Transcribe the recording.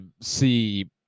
see